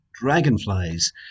Dragonflies